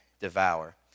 devour